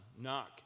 Knock